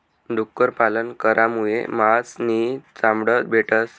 डुक्कर पालन करामुये मास नी चामड भेटस